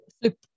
flip